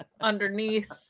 underneath